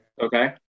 Okay